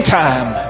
time